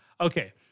Okay